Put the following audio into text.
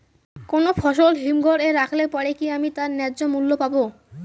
কোনো ফসল হিমঘর এ রাখলে পরে কি আমি তার ন্যায্য মূল্য পাব?